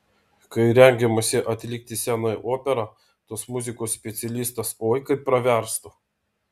kai rengiamasi atlikti senąją operą tos muzikos specialistas oi kaip praverstų